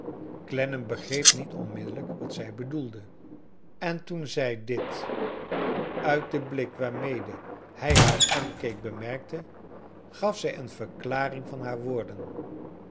clennam begreep niet onmiddellrjk wat zij bedoelde en toen zij dit uit den blik waarmede hij haar aankeek bemerkte gaf zij een verklaring van haar woorden